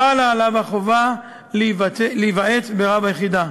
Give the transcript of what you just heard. חלה עליו החובה להיוועץ ברב היחידה.